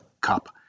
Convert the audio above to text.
Cup